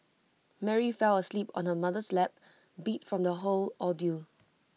Mary fell asleep on her mother's lap beat from the whole ordeal